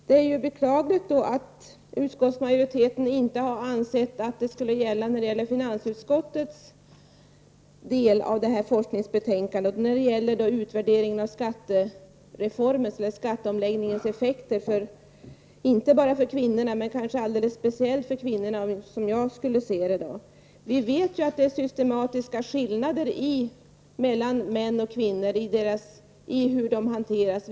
Det är beklagligt att utskottsmajoriteten inte har insett att det skulle gälla finansutskottets del av forskningsbetänkandet och utvärderingen av skatteomläggningens effekter — inte bara för kvinnorna, men kanske alldeles speciellt för dem, som jag skulle se det. Vi vet att det är systematiska skillnader mellan hur män och kvinnor behandlas.